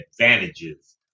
advantages